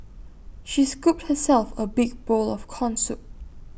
she scooped herself A big bowl of Corn Soup